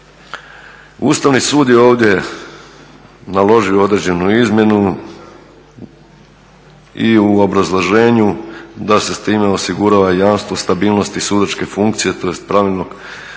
Ustavni sud je ovdje naložio određenu izmjenu i u obrazloženju da se s time osigurava i jamstvo stabilnosti sudačke funkcije, tj. … stručnog i